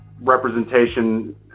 representation